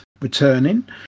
returning